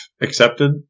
accepted